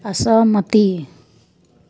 असहमति